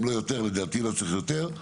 לדעתי לא צריך יותר.